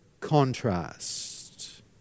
contrast